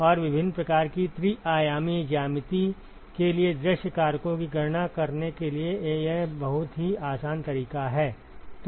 और विभिन्न प्रकार की त्रि आयामी ज्यामिति के लिए दृश्य कारकों की गणना करने के लिए यह एक बहुत ही आसान तरीका है